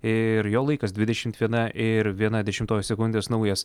ir jo laikas dvidešimt viena ir viena dešimtoji sekundės naujas